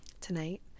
tonight